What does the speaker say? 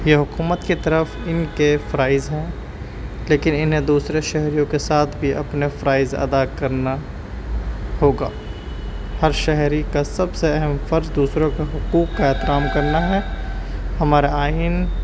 یہ حکومت کی طرف ان کے فرائضوں لیکن انہیں دوسرے شہریوں کے ساتھ بھی اپنے فرائض ادا کرنا ہوگا ہر شہری کا سب سے اہم فرض دوسرے کے حقوق کا احترام کرنا ہے ہمارا آئین